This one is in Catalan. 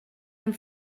amb